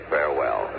Farewell